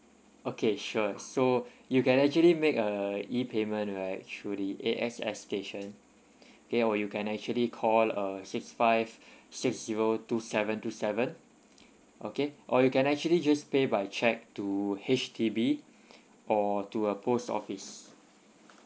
okay sure so you can actually make a e payment right through the A_X_S station okay or you can actually call uh six five six zero two seven two seven okay or you can actually just pay by cheque to H_D_B or to a post office